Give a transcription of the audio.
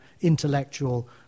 intellectual